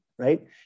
right